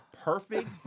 perfect